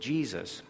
Jesus